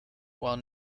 while